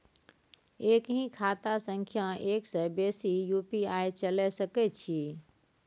एक ही खाता सं एक से बेसी यु.पी.आई चलय सके छि?